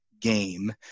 game